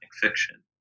fiction